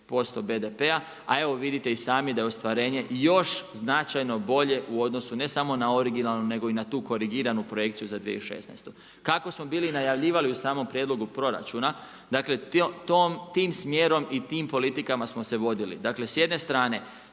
1,6% BDP-a a evo vidite i sami da je ostvarenje još značajno bolje u odnosu ne samo na originalnu nego i na tu korigiranu projekciju za 2016. Kako smo bili najavljivali u samom prijedlogu proračuna, dakle tim smjerom i tim politikama smo se vodili. Dakle s jedne strane